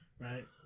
Right